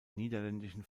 niederländischen